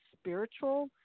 spiritual